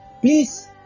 please